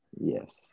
yes